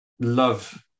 love